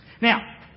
Now